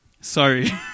Sorry